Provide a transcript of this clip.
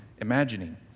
imagining